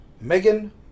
Megan